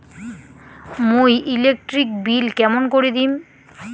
মুই electric bill কেমন করি দিম?